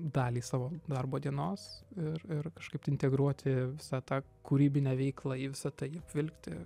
dalį savo darbo dienos ir ir kažkaip tai integruoti visą tą kūrybinę veiklą į visa tai apvilkti